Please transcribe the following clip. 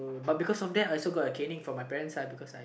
but because of that I also got a caning from my parents uh because I